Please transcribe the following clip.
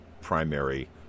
primary